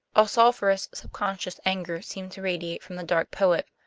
a sulphurous subconscious anger seemed to radiate from the dark poet.